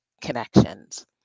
connections